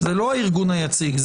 זה לא הארגון היציג,